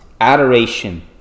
Adoration